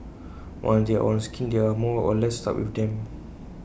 once they are on A scheme they are more or less stuck with them